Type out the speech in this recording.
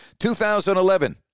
2011